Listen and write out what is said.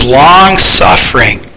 long-suffering